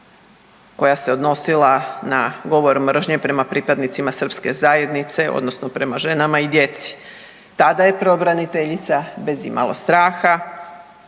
koja se odnosila na govor mržnje prema pripadnicima srpske zajednice odnosno prema ženama i djeci. Tada je pravobraniteljica bez imalo straha